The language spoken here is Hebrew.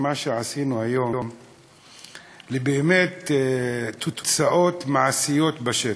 מה שעשינו היום באמת לתוצאות מעשיות בשטח.